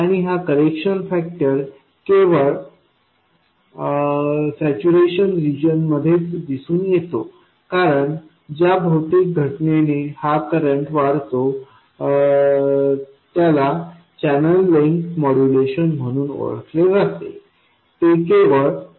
आणि हा correction factor केवळ सॅच्यूरेशन रिजनमध्येच दिसून येतो कारण ज्या भौतिक घटनेने हा करंट वाढतो त्याला चॅनेल लेंग्थ मॉड्युलेशन म्हणून ओळखले जाते आणि ते केवळ सॅच्यूरेशन रिजनमध्येच होते